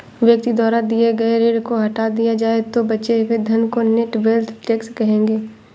व्यक्ति द्वारा लिए गए ऋण को हटा दिया जाए तो बचे हुए धन को नेट वेल्थ टैक्स कहेंगे